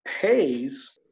hayes